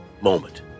moment